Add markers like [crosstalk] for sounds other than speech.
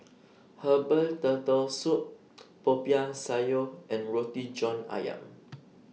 [noise] Herbal Turtle Soup Popiah Sayur and Roti John Ayam